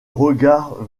regard